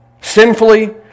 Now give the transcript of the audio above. sinfully